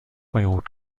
beirut